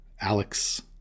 Alex